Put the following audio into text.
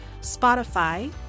Spotify